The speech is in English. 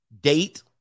Date